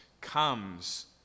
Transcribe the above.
comes